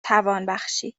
توانبخشی